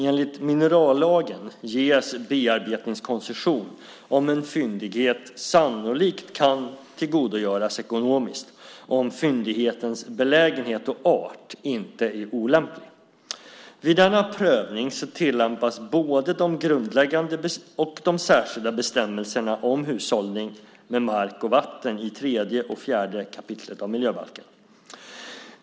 Enligt minerallagen ges bearbetningskoncession om en fyndighet sannolikt kan tillgodogöras ekonomiskt och om fyndighetens belägenhet och art inte är olämplig. Vid denna prövning tillämpas både de grundläggande och de särskilda bestämmelserna om hushållning med mark och vatten i 3 och 4 kap. miljöbalken.